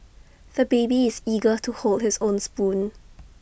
the baby is eager to hold his own spoon